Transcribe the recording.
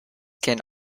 can